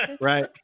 Right